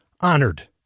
honored